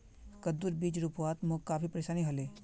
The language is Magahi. कद्दूर बीज रोपवात मोक काफी परेशानी ह ले